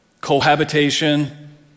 cohabitation